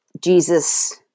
Jesus